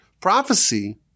prophecy